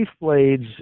blades